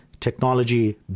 Technology